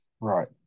Right